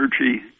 energy